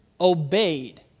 obeyed